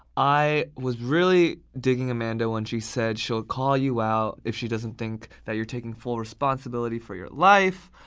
i was really digging amanda when she said she'll call you out if she doesn't think that you're taking full responsibility for your life.